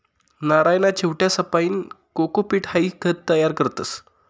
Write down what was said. नारयना चिवट्यासपाईन कोकोपीट हाई खत तयार करतस